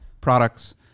products